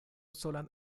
solan